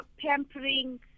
pampering